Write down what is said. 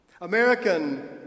American